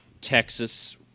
Texas –